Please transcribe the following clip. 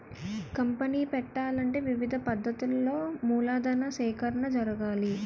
company పెట్టాలంటే వివిధ పద్ధతులలో మూలధన సేకరణ జరగాలి